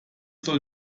soll